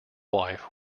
wife